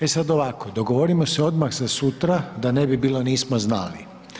E sada ovako, dogovorimo se odmah za sutra, da ne bi bilo nismo znali.